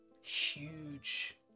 huge